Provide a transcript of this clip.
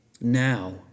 Now